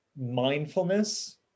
mindfulness